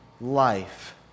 life